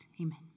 amen